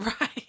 Right